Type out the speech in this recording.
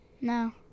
No